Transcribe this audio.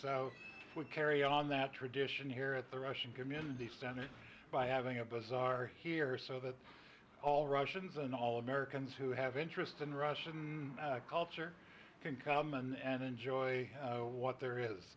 so we carry on that tradition here at the russian community center by having a bazaar here so that all russians and all americans who have interest in russian culture can come and enjoy what there is